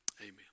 Amen